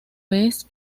vez